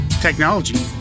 technology